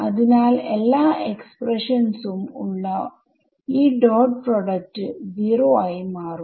അതിനാൽ എല്ലാ എക്സ്പ്രഷൻസ് ഉം ഉള്ള ഈ ഡോട്ട് പ്രോഡക്റ്റ് 0 ആയി മാറും